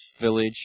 village